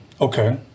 Okay